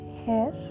hair